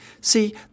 See